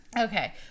Okay